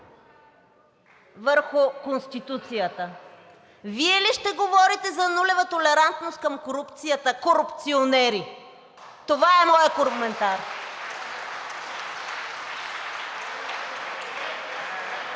върху Конституцията! Вие ли ще говорите за нулева толерантност към корупцията, корупционери! Това е моят коментар.